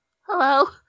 Hello